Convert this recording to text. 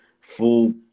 full